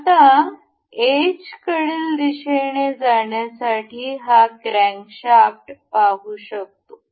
आता एजकडील दिशेने जाण्यासाठी आपण हा क्रॅन्कशाफ्ट पाहू शकतो